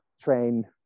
train